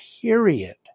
period